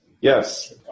Yes